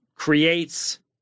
creates